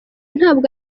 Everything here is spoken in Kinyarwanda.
ntabwo